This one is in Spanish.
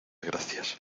gracias